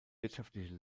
wirtschaftliche